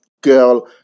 girl